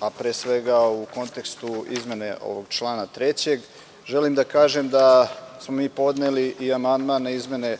a pre svega u kontekstu izmene ovog člana 3.Želim da kažem da smo mi podneli i amandman na izmene